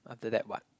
after that what